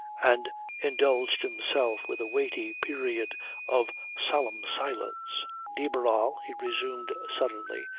and indulged himself with a weighty period of solemn silence. de barral, he resumed suddenly,